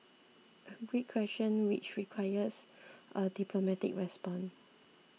a great question which requires a diplomatic response